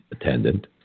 attendant